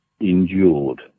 endured